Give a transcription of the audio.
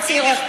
תגיד: